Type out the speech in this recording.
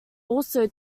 also